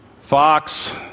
Fox